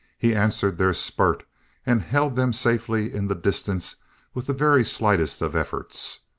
he answered their spurt and held them safely in the distance with the very slightest of efforts.